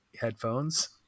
headphones